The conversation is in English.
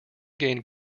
gained